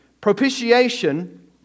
Propitiation